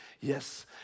yes